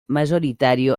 mayoritario